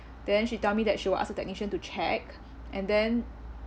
then she tell me that she will ask the technician to check and then